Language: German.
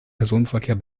personenverkehr